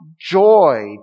joy